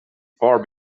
far